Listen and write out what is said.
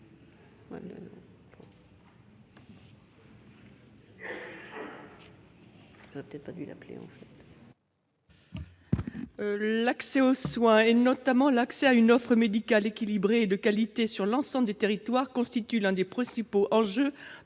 L'accès aux soins, notamment l'accès à une offre médicale équilibrée et de qualité sur l'ensemble des territoires, constitue l'un des principaux enjeux